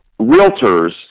realtors